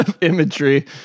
imagery